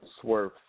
Swerve